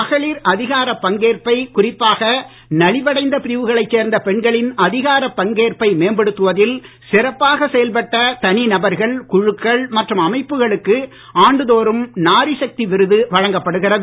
மகளிர் அதிகார பங்கேற்பை குறிப்பாக நலிவடைந்த பிரிவுகளை சேர்ந்த பெண்களின் அதிகாரப் பங்கேற்பை மேம்படுத்துவதில் சிறப்பாக செயல்பட்ட தனிநபர்கள் குழுக்கள் மற்றும் அமைப்புகளுக்கு ஆண்டுதோறும் நாரிசக்தி விருது வழங்கப்படுகிறது